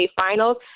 Finals